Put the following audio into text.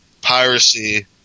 piracy